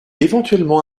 éventuellement